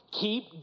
keep